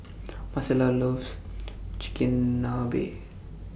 Marcella loves Chigenabe